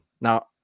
now